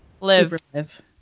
Live